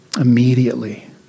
immediately